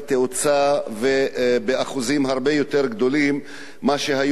ובאחוזים הרבה יותר גדולים מאשר היו בשנים עברו,